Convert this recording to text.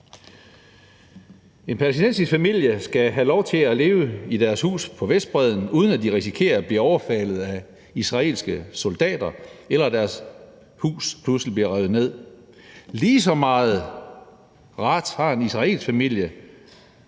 En palæstinensisk familie skal have lov til at leve i deres hus på Vestbredden, uden at de risikerer at blive overfaldet af israelske soldater eller risikerer, at deres hus pludselig bliver revet ned. Lige så meget ret har en israelsk familie